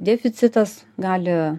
deficitas gali